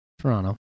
Toronto